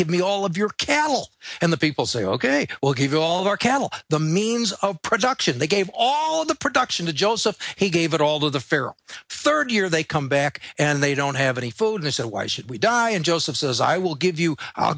give me all of your cattle and the people say ok we'll give you all our cattle the means of production they gave all the production to joseph he gave it all to the pharaoh third year they come back and they don't have any food there so why should we die and joseph says i will give you i'll